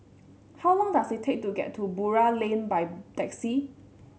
how long does it take to get to Buroh Lane by taxi